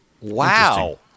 Wow